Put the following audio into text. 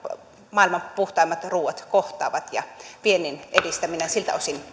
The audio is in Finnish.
maailman puhtaimmat ruuat kohtaavat ja viennin edistäminen siltä osin